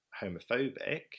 homophobic